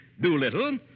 Doolittle